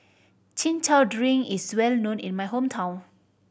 Chin Chow drink is well known in my hometown